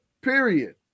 Period